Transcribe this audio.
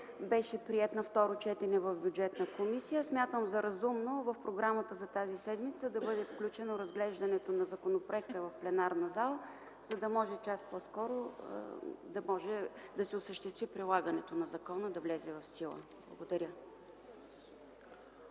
беше приет на второ четене в Бюджетната комисия. Смятам за разумно в програмата за тази седмица да бъде включено разглеждането на законопроекта в пленарна зала, за да може час по-скоро да се осъществи прилагането на закона, законът да влезе в сила. Благодаря.